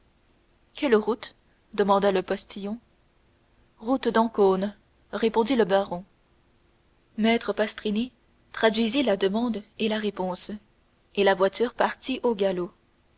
quelle route demanda le postillon en italien route d'ancône répondit le baron maître pastrini traduisit la demande et la réponse et la voiture partit au galop